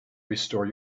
restore